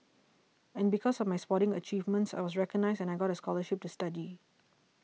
and because of my sporting achievements I was recognised and I got scholarships to study